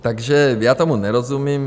Takže já tomu nerozumím.